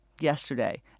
yesterday